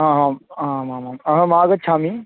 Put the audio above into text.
हा हा आमामम् अहमागच्छामि